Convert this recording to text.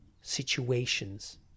situations